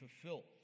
fulfill